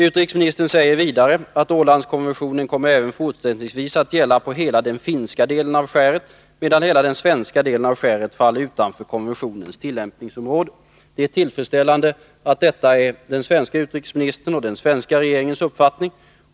Utrikesministern säger för det andra: ”Ålandskonventionen kommer även fortsättningsvis att gälla på hela den finska delen av skäret, medan hela den svenska delen av skäret faller utanför konventionens tillämpningsområde.” Det är tillfredsställande att detta är den svenska utrikesministerns och den svenska regeringens uppfattning.